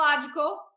logical